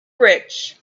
rich